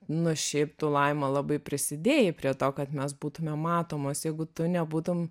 na šiaip tu laima labai prisidėjai prie to kad mes būtume matomos jeigu tu nebūtum